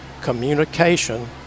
communication